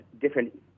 different